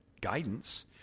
guidance